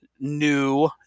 new